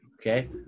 Okay